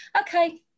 okay